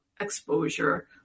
exposure